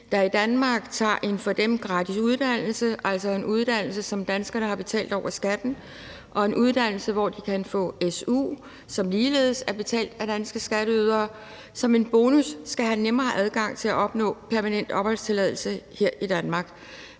der i Danmark tager en for dem gratis uddannelse – altså en uddannelse, som danskerne har betalt for over skatten, og en uddannelse, hvor de kan få su, som ligeledes er betalt af danske skatteydere – som en bonus skal have nemmere adgang til at opnå permanent opholdstilladelse her i Danmark,